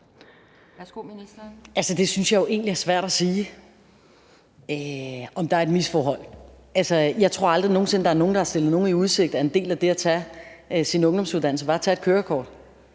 Det synes jeg jo egentlig er svært at sige, altså om det kan misforstås. Jeg tror ikke, at der er nogen, der på noget tidspunkt har stillet nogen i udsigt, at en del af det at tage sin ungdomsuddannelse er at tage et kørekort.